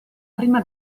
prima